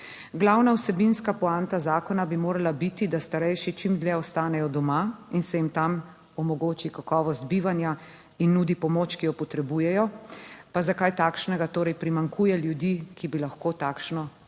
Glavna vsebinska poanta zakona bi morala biti, da starejši čim dlje ostanejo doma in se jim tam omogoči kakovost bivanja in nudi pomoč, ki jo potrebujejo. Pa za kaj takšnega torej primanjkuje ljudi, ki bi lahko takšno pomoč tudi